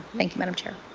thank you, madam chair.